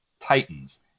Titans